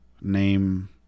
Name